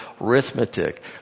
arithmetic